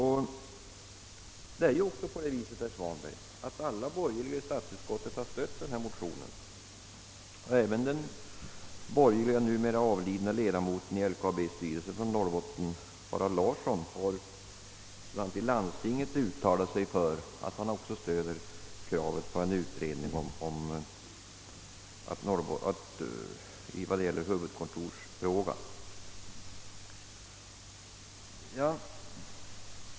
Herr Svanberg! Alla borgerliga i statsutskottet har ju också stött denna motion, och även den borgerlige och nu avlidne norrlandsledamoten i LKAB:s styrelse Harald Larsson, har bl.a. i landstinget sagt att han stöder kravet på en utredning i huvudkontorsfrågan.